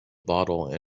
bottle